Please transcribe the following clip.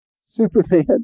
Superman